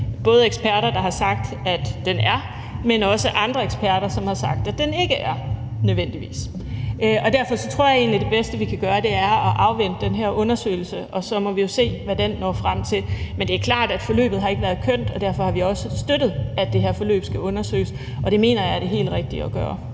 både eksperter, der har sagt, at den er overtrådt, men også andre eksperter, som har sagt, at den ikke er overtrådt nødvendigvis. Derfor tror jeg egentlig, at det bedste, vi kan gøre, er at afvente den her undersøgelse, og så må vi jo se, hvad den når frem til. Men det er klart, at forløbet ikke har været kønt, og derfor har vi også støttet, at det her forløb skal undersøges, og det mener jeg er det helt rigtige at gøre.